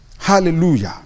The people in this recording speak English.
Hallelujah